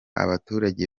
abaturage